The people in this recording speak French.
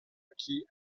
acquis